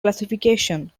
classification